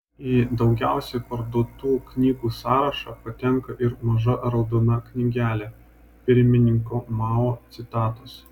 į daugiausiai parduotų knygų sąrašą patenka ir maža raudona knygelė pirmininko mao citatos